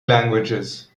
languages